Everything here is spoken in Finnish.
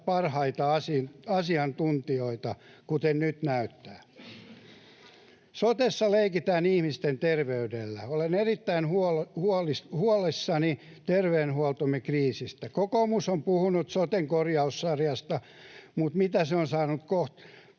parhaita asiantuntijoita, kuten nyt näyttää? Sotessa leikitään ihmisten terveydellä. Olen erittäin huolissani terveydenhuoltomme kriisistä. Kokoomus on puhunut soten korjaussarjasta, mutta mitä se on saanut kohta